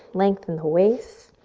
length in the waist.